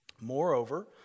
Moreover